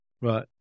Right